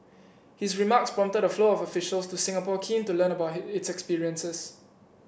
his remarks prompted a flow of official to Singapore keen to learn about its experiences